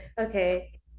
Okay